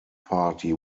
party